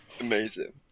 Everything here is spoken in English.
Amazing